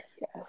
Yes